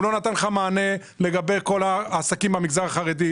הוא לא נתן לך מענה לגבי כל העסקים במגזר החרדי.